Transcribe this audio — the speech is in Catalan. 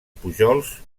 pujols